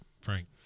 Frank